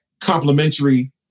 complementary